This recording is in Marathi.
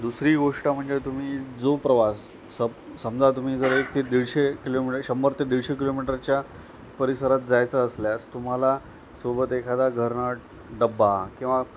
दुसरी गोष्ट म्हणजे तुम्ही जो प्रवास सब समजा तुम्ही जर एक ते दीडशे किलोमीटर शंभर ते दीडशे किलोमीटरच्या परिसरात जायचं असल्यास तुम्हाला सोबत एखादा घरून डब्बा किंवा